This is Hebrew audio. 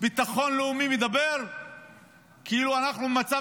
הביטחון הלאומי מדבר כאילו אנחנו במצב